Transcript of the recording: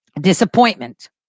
disappointment